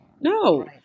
No